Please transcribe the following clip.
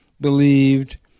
believed